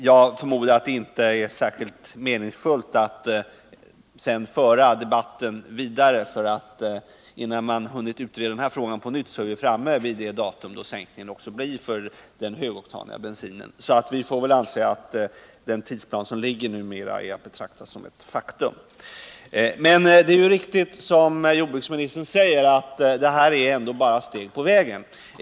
Det är förmodligen inte särskilt meningsfullt att sedan föra debatten vidare, ty innan man har hunnit utreda den här frågan på nytt är vi framme vid det datum då sänkningen av den högoktaniga bensinens blyhalt ändå kommer att ske. Därför får vi väl betrakta den nuvarande tidsplanen som ett faktum. Som jordbruksministern säger är detta ändå bara ett steg på vägen.